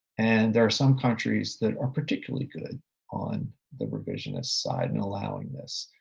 and there are some countries that are particularly good on the revisionist side and allowing this.